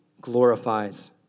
glorifies